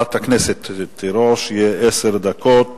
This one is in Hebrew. לחברת הכנסת תירוש יהיו עשר דקות